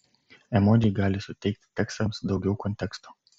emodžiai gali suteikti tekstams daugiau konteksto